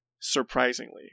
surprisingly